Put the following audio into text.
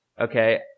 Okay